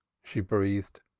she breathed.